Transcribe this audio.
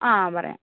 ആ പറയാം